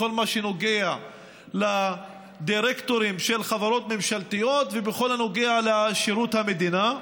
בכל מה שנוגע לדירקטורים של חברות ממשלתיות ובכל הנוגע לשירות המדינה,